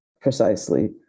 precisely